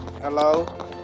hello